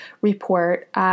report